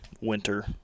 winter